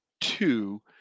two